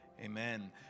Amen